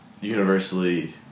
universally